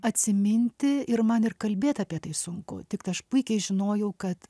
atsiminti ir man ir kalbėt apie tai sunku tik aš puikiai žinojau kad